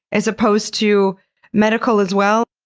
as opposed to medical as well?